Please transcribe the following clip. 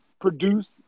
produce